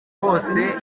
bose